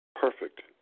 perfect